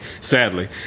sadly